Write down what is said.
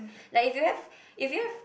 like if you have if you have